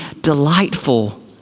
delightful